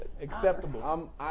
Acceptable